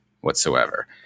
whatsoever